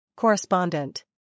Correspondent